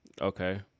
Okay